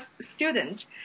student